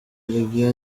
olivier